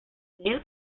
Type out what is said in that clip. new